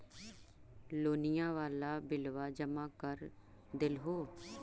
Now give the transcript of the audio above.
लोनिया वाला बिलवा जामा कर देलहो?